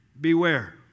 beware